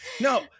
No